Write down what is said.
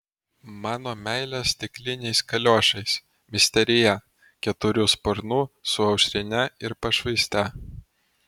mano meilė stikliniais kaliošais misterija keturių sparnų su aušrine ir pašvaiste